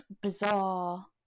bizarre